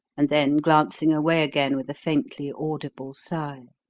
and then glancing away again with a faintly audible sigh.